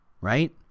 Right